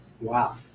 Wow